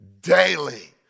daily